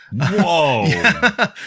Whoa